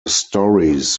stories